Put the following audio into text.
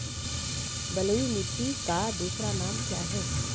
बलुई मिट्टी का दूसरा नाम क्या है?